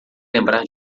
lembrar